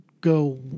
go